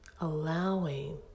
allowing